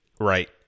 Right